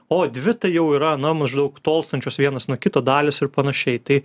o dvi tai jau yra na maždaug tolstančios vienas nuo kito dalys ir panašiai tai